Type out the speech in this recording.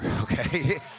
Okay